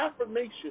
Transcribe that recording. affirmation